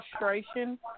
frustration